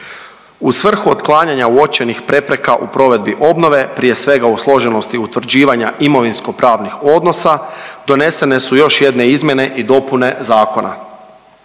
U svrhu otklanjanja uočenih prepreka u provedbi obnove, prije svega u složenosti utvrđivanja imovinsko pravnih odnosa donesene su još jedne izmjene i dopune zakona.